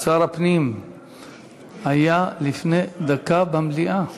שר הפנים היה לפני דקה במליאה.